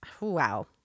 Wow